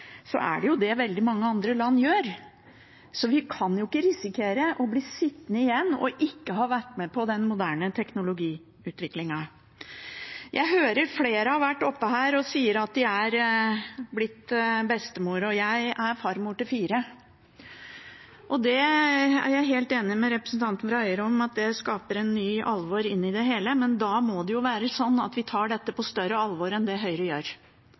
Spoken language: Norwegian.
Så vi kan ikke risikere å bli sittende igjen uten å ha vært med på den moderne teknologiutviklingen. Jeg hører at flere har vært på talerstolen og sagt at de har blitt bestemor. Jeg er farmor til fire, og jeg er helt enig med representanten fra Høyre i at det bidrar til et nytt alvor inn i det hele, men da må det jo være sånn at vi tar dette på større alvor enn det Høyre gjør,